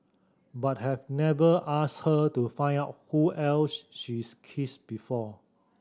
but I've never asked her to find out who else she's kissed before